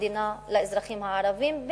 המדינה לאזרחים הערבים,